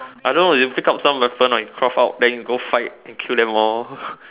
I don't know you pick up some weapon or you craft out then you go fight and kill them all